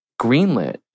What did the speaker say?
greenlit